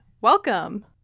Welcome